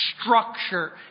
structure